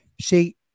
See